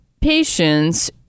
Patients